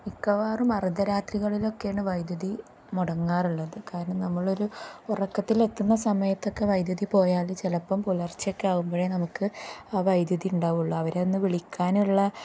മിക്കവാറും അർദ്ധരാത്രികളിലൊക്കെയാണ് വൈദ്യുതി മുടങ്ങാറുള്ളത് കാരണം നമ്മളൊരു ഉറക്കത്തിലെത്തുന്ന സമയത്തൊക്കെ വൈദ്യുതി പോയാൽ ചിലപ്പം പുലർച്ച ഒക്കെ ആകുമ്പോഴേ നമുക്ക് ആ വൈദ്യുതി ഉണ്ടാവുള്ളൂ അവരെ ഒന്ന് വിളിക്കാനുള്ള